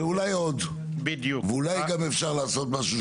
ואולי עוד, ואולי גם אפשר לעשות משהו.